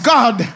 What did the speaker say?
God